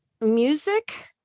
music